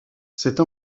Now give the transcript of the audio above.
cette